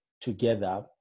together